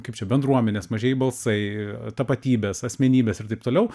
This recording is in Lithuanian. kaip čia bendruomenės mažieji balsai tapatybės asmenybės ir taip toliau